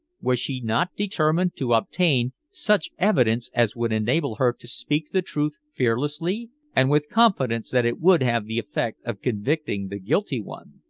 was she not determined to obtain such evidence as would enable her to speak the truth fearlessly, and with confidence that it would have the effect of convicting the guilty one?